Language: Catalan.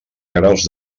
graus